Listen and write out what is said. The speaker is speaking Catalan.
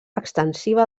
extensiva